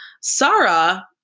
Sarah